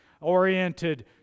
oriented